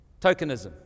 Tokenism